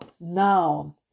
now